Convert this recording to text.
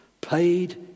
paid